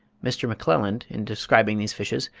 mr. m'clelland, in describing these fishes,